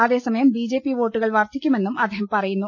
അതേസമയം ബിജെപി വോട്ടു കൾ വർധിക്കുമെന്നും അദ്ദേഹം പറയുന്നു